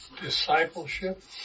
Discipleship